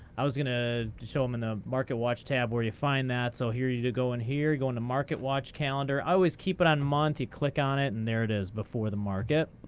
i was going to show him in the market watch tab where you find that. so here, you you go in here, you go into market watch calendar. i always keep it on month. you click on it, and there it is before the market.